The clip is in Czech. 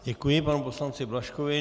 Děkuji panu poslanci Blažkovi.